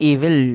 Evil